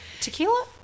Tequila